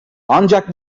ancak